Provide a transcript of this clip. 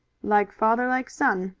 like father, like son,